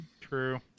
true